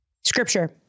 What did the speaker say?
Scripture